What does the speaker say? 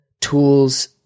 tools